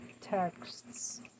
texts